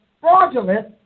fraudulent